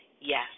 yes